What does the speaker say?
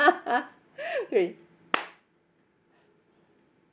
okay